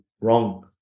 wrong